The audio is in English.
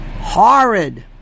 Horrid